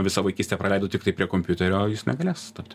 visą vaikystę praleido tiktai prie kompiuterio jis negalės tapti